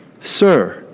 Sir